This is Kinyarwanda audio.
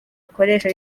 akoresha